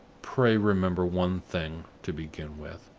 pray remember one thing, to begin with.